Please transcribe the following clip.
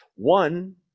One